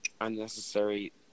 unnecessary